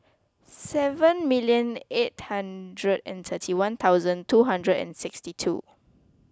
seven million eight hundred and thirty one thousand two hundred and sixty two